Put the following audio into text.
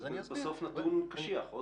הרי זה נתון קשיח.